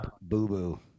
boo-boo